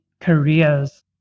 careers